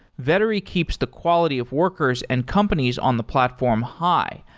vettery keeps the quality of workers and companies on the platform high,